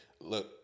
Look